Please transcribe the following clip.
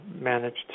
managed